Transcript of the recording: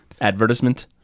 Advertisement